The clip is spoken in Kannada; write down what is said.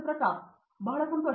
ಪ್ರತಾಪ್ ಹರಿದಾಸ್ ಬಹಳ ಸಂತೋಷ